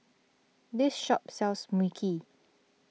this shop sells Mui Kee